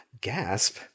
gasp